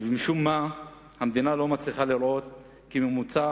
משום מה המדינה לא מצליחה לראות כי ממוצע